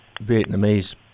Vietnamese